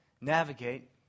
navigate